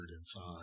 inside